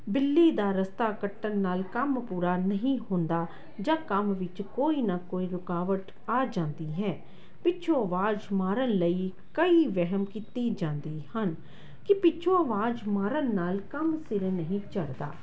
ਬਿੱਲੀ ਦਾ ਰਸਤਾ ਕੱਟਣ ਨਾਲ ਕੰਮ ਪੂਰਾ ਨਹੀਂ ਹੁੰਦਾ ਜਾਂ ਕੰਮ ਵਿੱਚ ਕੋਈ ਨਾ ਕੋਈ ਰੁਕਾਵਟ ਆ ਜਾਂਦੀ ਹੈ ਪਿੱਛੋਂ ਆਵਾਜ਼ ਮਾਰਨ ਲਈ ਕਈ ਵਹਿਮ ਕੀਤੀ ਜਾਂਦੀ ਹਨ ਕਿ ਪਿੱਛੋਂ ਆਵਾਜ਼ ਮਾਰਨ ਨਾਲ ਕੰਮ ਸਿਰੇ ਨਹੀਂ ਚੜਦਾ